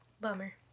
bummer